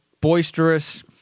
boisterous